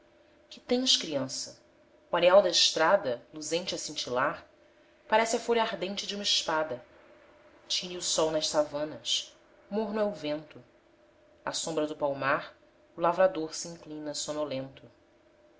que tens criança o areal da estrada luzente a cintilar parece a folha ardente de uma espada tine o sol nas savanas morno é o vento à sombra do palmar o lavrador se inclina sonolento